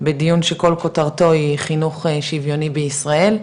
בדיון שכל כותרתו היא חינוך שוויוני בישראל,